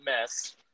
mess